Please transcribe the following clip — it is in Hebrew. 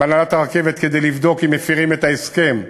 בהנהלת הרכבת כדי לבדוק אם מפרים את ההסכם,